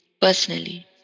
personally